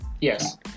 Yes